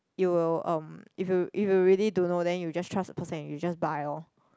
you will um if you if you really don't know then you just trust the person and you just buy lor